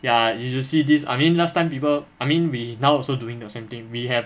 ya you should see this I mean last time people I mean we now also doing the same thing we have